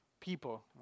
people